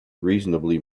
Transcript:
reasonably